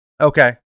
Okay